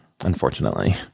Unfortunately